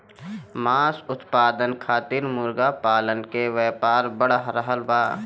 मांस उत्पादन खातिर मुर्गा पालन के व्यापार बढ़ रहल बा